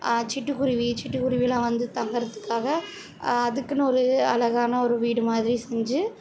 சிட்டுக்குருவி சிட்டுக்குருவில்லாம் வந்து தங்குகிறதுக்காக அதுக்குனு ஒரு அழகான ஒரு வீடுமாதிரி செஞ்சு